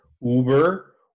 Uber